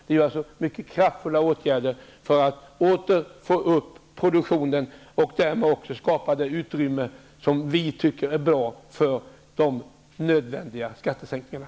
Det är alltså fråga om mycket kraftfulla åtgärder för att vi åter skall öka produktionen och därmed skapa det utrymme som vi anser är bra för de nödvändiga skattesänkningarna.